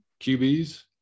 QBs